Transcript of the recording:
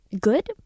good